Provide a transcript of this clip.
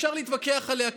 אפשר להתווכח עליה,